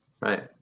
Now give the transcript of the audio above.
right